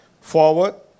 forward